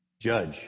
judge